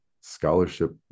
scholarship